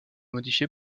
modifié